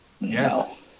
Yes